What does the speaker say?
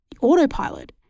autopilot